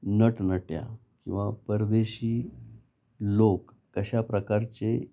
नटनट्या किंवा परदेशी लोक कशा प्रकारचे